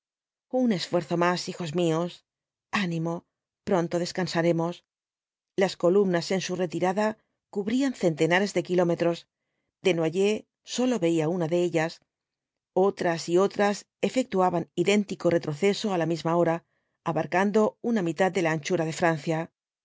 un esfuerzo más hijos míos animo pronto descansaremos las columnas en su retirada cubrían centenares de kilómetros desnoyers sólo veía una de ellas otras y otras efectuaban idéntico retroceso á la misma hora abarcando una mitad de la anchura de francia